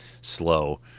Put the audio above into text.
slow